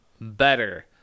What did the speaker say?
better